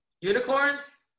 unicorns